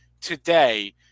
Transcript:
today